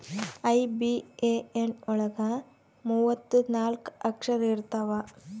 IBAN ಒಳಗ ಮೂವತ್ತು ನಾಲ್ಕ ಅಕ್ಷರ ಇರ್ತವಾ